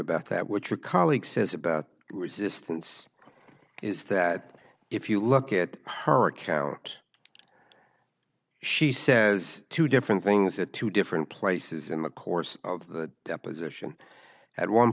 about that what your colleague says about resistance is that if you look at her account she says two different things at two different places in the course of the deposition at one